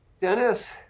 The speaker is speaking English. Dennis